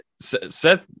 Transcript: Seth